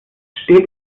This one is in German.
stets